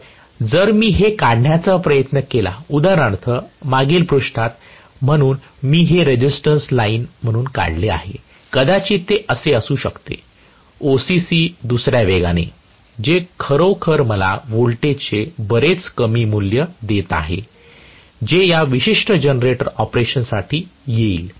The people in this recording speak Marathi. तर जर मी हे काढण्याचा प्रयत्न केला उदाहरणार्थ मागील पृष्ठात म्हणून मी हे रेझिस्टन्स लाइन म्हणून काढले आहे कदाचित तसे असू शकते OCC दुसऱ्या वेगाने जे खरोखर मला व्होल्टेजचे बरेच कमी मूल्य देत आहे जे या विशिष्ट जनरेटर ऑपरेशन साठी येईल